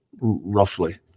roughly